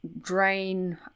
drain